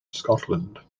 scotland